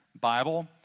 Bible